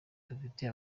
dufite